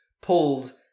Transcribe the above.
pulled